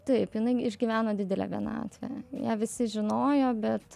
taip jinai išgyveno didelę vienatvę ją visi žinojo bet